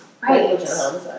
Right